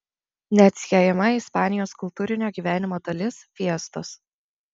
neatsiejama ispanijos kultūrinio gyvenimo dalis fiestos